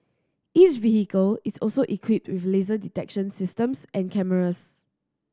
each vehicle is also equipped with laser detection systems and cameras